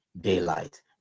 daylight